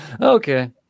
Okay